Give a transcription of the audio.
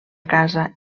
casa